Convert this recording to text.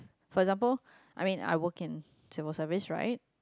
for example I mean I walk in she was service right